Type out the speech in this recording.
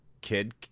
kid